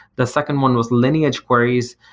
the second one was lineage queries,